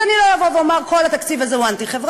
אז אני לא אבוא ואומר שכל התקציב הזה הוא אנטי-חברתי,